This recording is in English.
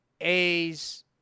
A's